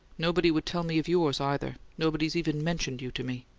nobody would tell me of yours, either. nobody's even mentioned you to me.